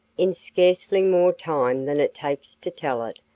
in scarcely more time than it takes to tell it,